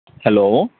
hello